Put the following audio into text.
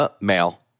male